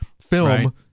film